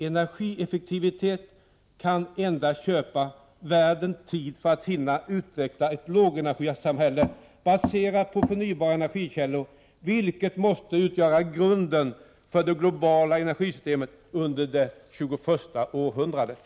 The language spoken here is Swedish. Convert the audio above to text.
Energieffektivitet kan endast köpa världen tid för att hinna utveckla ett lågenergisamhälle, som baseras på förnybara energikällor, vilka måste utgöra grunden för det globala energisystemet under det 21:a århundradet.”